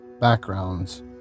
backgrounds